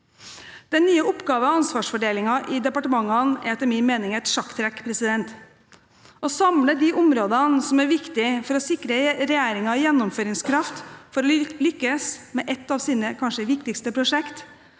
Den nye oppgave- og ansvarsfordelingen i departementene er etter min mening et sjakktrekk – å samle de områdene som er viktige for å sikre regjeringen gjennomføringskraft for å lykkes med et av sine kanskje viktigste prosjekt,